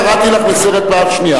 קראתי אותך לסדר פעם שנייה.